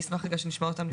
אשמח שנשמע אותם.